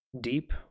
deep